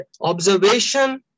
observation